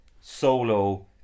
solo